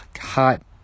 hot